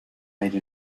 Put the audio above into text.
made